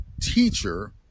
teacher